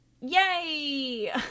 yay